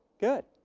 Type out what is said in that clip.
good.